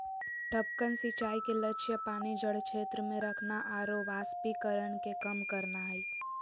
टपकन सिंचाई के लक्ष्य पानी जड़ क्षेत्र में रखना आरो वाष्पीकरण के कम करना हइ